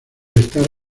estar